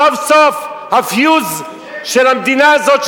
סוף-סוף הפיוז של המדינה הזאת,